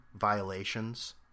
violations